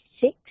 six